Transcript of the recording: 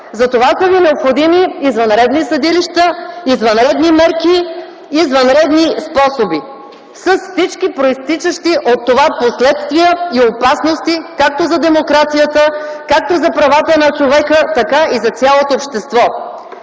Затова са ви необходими извънредни съдилища, извънредни мерки, извънредни способи, с всички произтичащи от това последствия и опасности както за демокрацията, както за правата на човека, така и за цялото общество.